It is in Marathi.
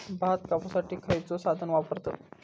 भात कापुसाठी खैयचो साधन वापरतत?